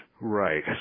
Right